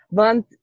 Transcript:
want